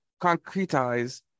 concretize